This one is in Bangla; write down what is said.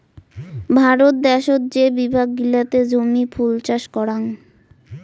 ভারত দ্যাশোত যে বিভাগ গিলাতে জমিতে ফুল চাষ করাং